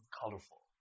colorful